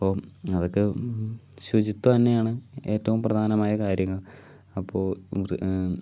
അപ്പോൾ അതൊക്കെ ശുചിത്ത്വം തന്നെയാണ് ഏറ്റവും പ്രധാനമായ കാര്യങ്ങൾ അപ്പോൾ ഇത്